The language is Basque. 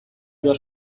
edo